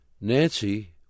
Nancy